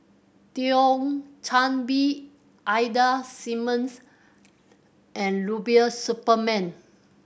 Thio Chan Bee Ida Simmons and Rubiah Suparman